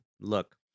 look